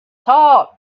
talk